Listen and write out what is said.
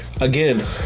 again